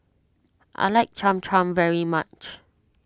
I like Cham Cham very much